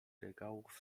regałów